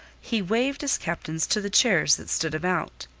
he waved his captains to the chairs that stood about.